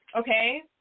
Okay